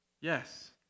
Yes